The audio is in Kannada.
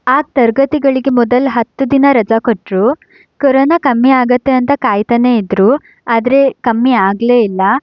ಆಗ ತರಗತಿಗಳಿಗೆ ಮೊದಲ ಹತ್ತು ದಿನ ರಜಾ ಕೊಟ್ಟರು ಕೊರೋನಾ ಕಮ್ಮಿಯಾಗತ್ತೆ ಅಂತ ಕಾಯ್ತಾನೆ ಇದ್ದರು ಆದರೆ ಕಮ್ಮಿ ಆಗಲೇ ಇಲ್ಲ